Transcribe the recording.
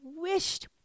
wished